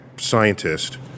scientist